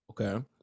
okay